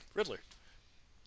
Riddler